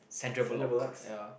Sandra Bullock ya